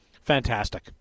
fantastic